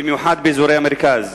במיוחד באזורי המרכז.